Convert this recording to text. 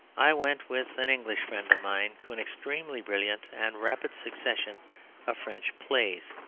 i went with an english friend of mine to an extremely brilliant and rapid succession of french plays,